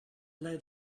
lead